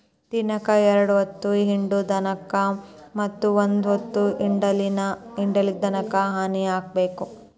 ದಿನಕ್ಕ ಎರ್ಡ್ ಹೊತ್ತ ಹಿಂಡು ದನಕ್ಕ ಮತ್ತ ಒಂದ ಹೊತ್ತ ಹಿಂಡಲಿದ ದನಕ್ಕ ದಾನಿ ಹಾಕಬೇಕ